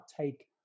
take